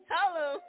Hello